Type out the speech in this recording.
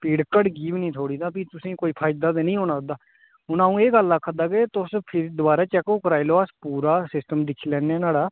पीड़ घटगी बी निं थोड़ी तां फ्ही तुसें कोई फायदा ते निं होना ओह्दा हून अ'ऊं एह् गल्ल आखा दा के तुस फिर दबारा चेकअप कराई लैओ अस सिस्टम दिक्खी लैने नुहाड़ा